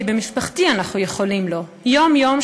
כי במשפחתי אנחנו יכולים לו יום-יום,